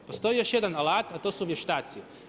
Postoji još jedan alat a to su vještaci.